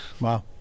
wow